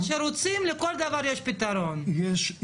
עשיתי כל מה שמדינת היהודים במדינת ישראל,